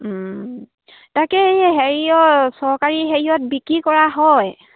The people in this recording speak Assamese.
তাকে হেৰিয় চৰকাৰী হেৰিয়ত বিক্ৰী কৰা হয়